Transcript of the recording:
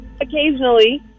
Occasionally